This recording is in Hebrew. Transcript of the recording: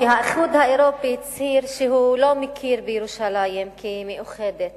האיחוד האירופי הצהיר שהוא לא מכיר בירושלים המאוחדת